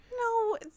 No